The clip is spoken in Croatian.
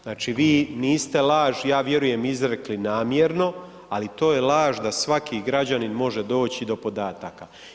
Znači vi niste laž ja vjerujem izrekli namjerno, ali to je laž da svaki građanin može doći do podataka.